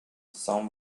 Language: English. some